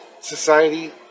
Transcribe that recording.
society